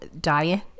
diet